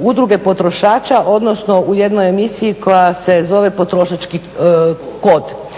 Udruge potrošača, odnosno u jednoj emisiji koja se zove Potrošački kod.